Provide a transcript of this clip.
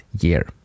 year